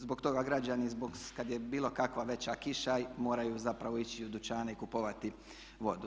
Zbog toga građani kad je bilo kakva veća kiša moraju zapravo ići u dućane i kupovati vodu.